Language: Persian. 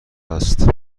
است